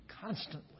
constantly